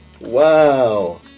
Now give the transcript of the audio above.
Wow